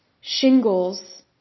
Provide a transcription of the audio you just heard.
shingles